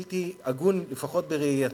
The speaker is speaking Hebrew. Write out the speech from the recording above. מהלך בלתי הגון, לפחות בראייתי,